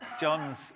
John's